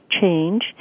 change